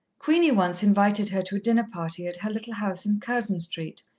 queenie once invited her to a dinner-party at her little house in curzon street,